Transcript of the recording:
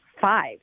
five